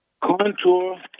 contour